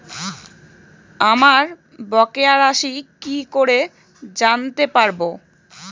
আমার বকেয়া রাশি কি করে জানতে পারবো?